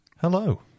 hello